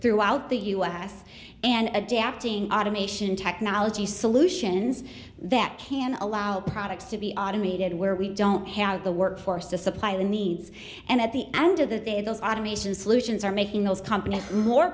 throughout the u s and adapting automation technology solutions that can allow products to be automated where we don't have the workforce to supply the needs and at the end of the day those automation solutions are making those companies more